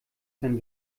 sein